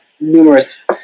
numerous